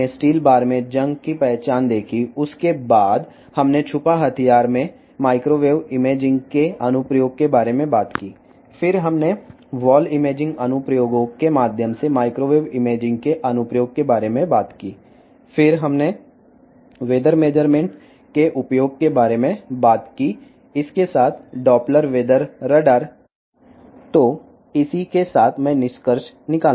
steel బార్స్లో తుప్పును గుర్తించడాన్ని గురించి తెలుసుకున్నాము ఆ తర్వాత దాచిన ఆయుధ గుర్తింపులో మైక్రోవేవ్ ఇమేజింగ్ యొక్క అనువర్తనం గురించి మాట్లాడాము ఆపై గోడ ఇమేజింగ్ అనువర్తనాల ద్వారా మైక్రోవేవ్ ఇమేజింగ్ యొక్క అనువర్తనం గురించి మాట్లాడాము తదుపరి వాతావరణ కొలతలో అప్లికేషన్ గురించి మాట్లాడాము దీనితో డాప్లర్ వాతావరణ రాడార్ అంశాన్ని ఇంతటితో ముగిస్తున్నాను